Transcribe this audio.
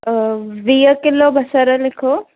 वीह किलो ॿसर लिखो